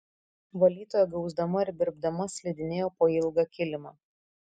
valytoja gausdama ir birbdama slidinėjo po ilgą kilimą